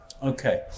Okay